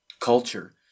culture